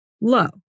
low